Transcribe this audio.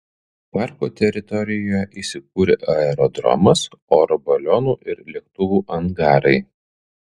parko teritorijoje įsikūrė aerodromas oro balionų ir lėktuvų angarai